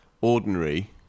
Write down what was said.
ordinary